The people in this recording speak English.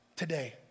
Today